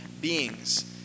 beings